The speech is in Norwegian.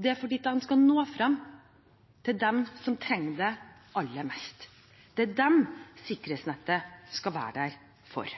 det er fordi de skal nå frem til dem som trenger dem aller mest. Det er dem sikkerhetsnettet skal være der for.